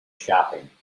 shopping